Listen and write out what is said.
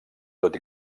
tot